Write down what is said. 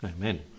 Amen